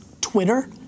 Twitter